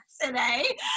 today